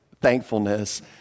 thankfulness